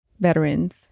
veterans